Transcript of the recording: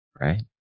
right